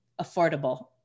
affordable